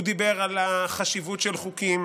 הוא דיבר על החשיבות של חוקים,